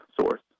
source